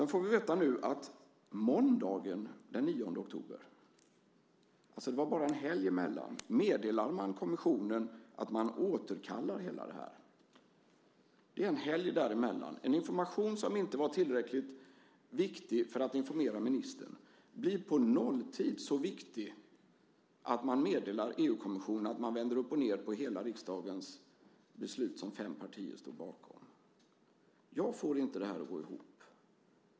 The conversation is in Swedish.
Nu får vi veta att måndagen den 9 oktober - det var bara en helg däremellan - meddelar man kommissionen att man återkallar det hela. En information som inte var tillräckligt viktig för att informera ministern blir på nolltid så viktig att man meddelar EU-kommissionen att man vänder upp och ned på hela riksdagens beslut som fem partier stått bakom. Jag får inte detta att gå ihop.